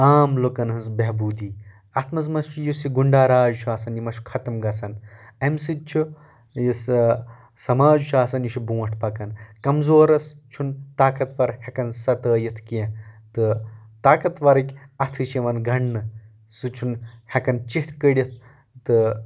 عام لُکن ہنٛز بہبوٗدی اتھ منٛز مہ چھُ یُس یہِ گُنٛڈا راج چھُ آسان یہِ مہ چھُ ختٕم گژھان امہِ سۭتۍ چھُ یُس سماج چھُ آسان یہِ چھُ برٛونٛٹھ پکان کمزورس چھُنہٕ طاقت ور ہٮ۪کان ستٲیِتھ کینٛہہ تہٕ طاقت ورٕکۍ اتھٕ چھِ یِوان گنٛڈنہٕ سُہ چھُنہٕ ہٮ۪کان چِتھ کٔڑِتھ تہٕ